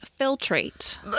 filtrate